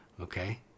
okay